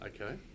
Okay